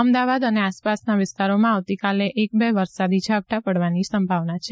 અમદાવાદ અને આસપાસના વિસ્તારોમાં આવતીકાલે એક બે વરસાદી ઝાપટાં પડવાની સંભાવના છે